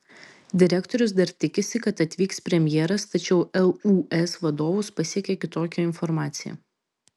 direktorius dar tikisi kad atvyks premjeras tačiau lūs vadovus pasiekė kitokia informacija